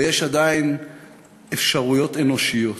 ויש עדיין אפשרויות אנושיות.